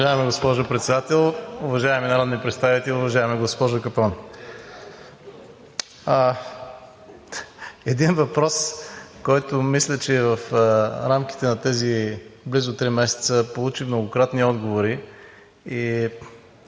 Уважаема госпожо Председател, уважаеми народни представители! Уважаема госпожо Капон, един въпрос, който, мисля, че в рамките на тези близо три месеца получи многократни отговори и